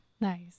Nice